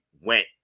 went